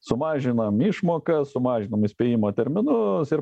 sumažinam išmokas sumažinom įspėjimo terminus ir